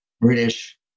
British